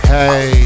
Hey